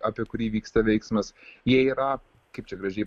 apie kurį vyksta veiksmas jie yra kaip čia gražiai